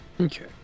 Okay